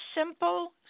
simple